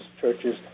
churches